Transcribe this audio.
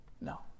No